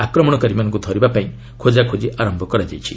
ଆକ୍ରମଣକାରୀମାନଙ୍କୁ ଧରିବାପାଇଁ ଖୋଜାଖୋଜି ଆରମ୍ଭ କରାଯାଇଛି